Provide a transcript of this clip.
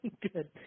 good